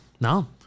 No